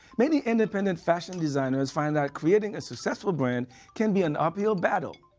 many independent fashion designers find that creating a successful brand can be an uphill battle.